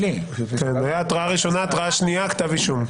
היה התראה ראשונה, התראה שנייה, כתב אישום.